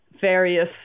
various